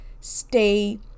stay